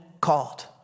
called